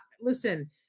listen